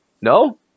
No